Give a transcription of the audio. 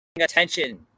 attention